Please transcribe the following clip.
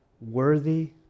worthy